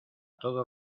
todos